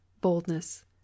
boldness